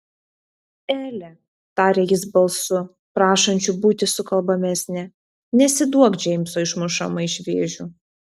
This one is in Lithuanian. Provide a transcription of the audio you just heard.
ele tarė jis balsu prašančiu būti sukalbamesnę nesiduok džeimso išmušama iš vėžių